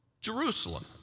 Jerusalem